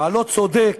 הלא-צודק,